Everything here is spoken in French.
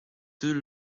deux